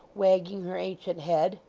wagging her ancient head,